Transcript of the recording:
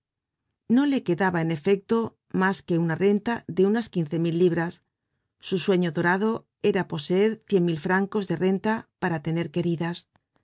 no le quedaba en efecto mas que una renta de unas quince mil libras su sueño dorado era poseer cien mil francos de renta para tener queridas